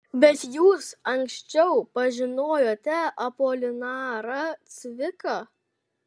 bet jūs anksčiau pažinojote apolinarą cviką